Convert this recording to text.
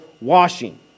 washing